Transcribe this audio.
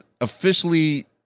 officially